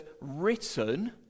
written